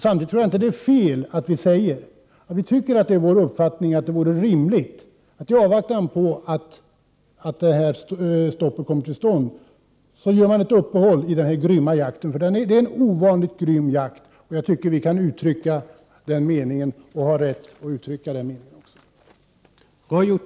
Samtidigt tror jag inte det är fel att säga att vår uppfattning är att det vore rimligt att i avvaktan på stoppet göra ett uppehåll i den grymma jakten. Det är en ovanligt grym jakt. Jag tycker att vi har rätt att uttrycka det.